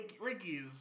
Ricky's